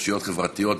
אושיות חברתיות.